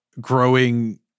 growing